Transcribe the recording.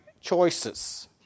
choices